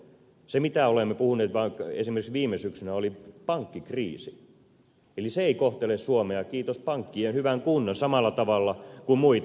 se mistä olemme puhuneet esimerkiksi viime syksynä oli pankkikriisi eli se ei kohtele suomea kiitos pank kien hyvän kunnon samalla tavalla kuin muita